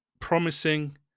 promising